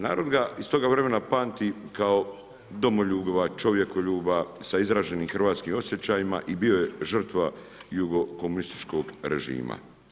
Narod ga iz toga vremena pamti kao domoljuba, čovjekoljuba sa izraženim hrvatskim osjećajima i bio je žrtva jugo komunističkog režima.